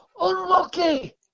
unlucky